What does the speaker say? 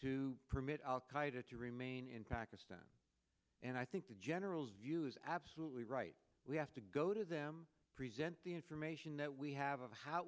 to permit al qaeda to remain in pakistan and i think the general view is absolutely right we have to go to them present the information that we have of how